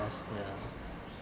ya